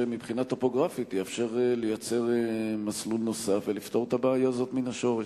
שמבחינה טופוגרפית יאפשר לייצר מסלול נוסף ולפתור את הבעיה הזאת מן השורש?